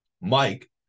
Mike